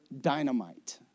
dynamite